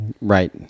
Right